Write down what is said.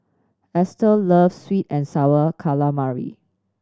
Estell loves sweet and Sour Calamari